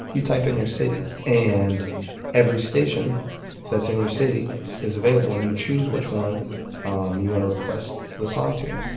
you type in your city, and every station that's in your city is available. and you choose which one um you want to request the song to.